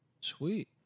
Sweet